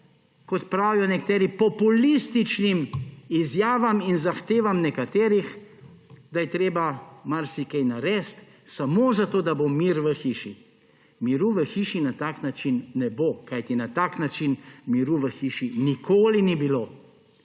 kot pravijo nekateri, populističnim izjavam in zahtevam nekaterih, da je treba marsikaj narediti samo zato, da bo mir v hiši. Miru v hiši na tak način ne bo, kajti na tak način miru v hiši nikoli ni bilo.